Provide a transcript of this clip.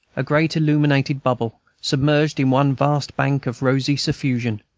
a great illuminated bubble, submerged in one vast bank of rosy suffusion